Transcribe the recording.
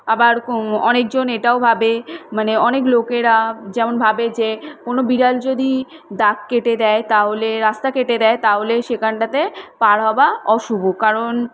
আবার কো অনেক জন এটাও ভাবে মানে অনেক লোকেরা যেমন ভাবে যে কোনো বিড়াল যদি দাগ কেটে দেয় তাহলে রাস্তা কেটে দেয় তাহলেই সেখানটাতে পার হবা অশুভ কারণ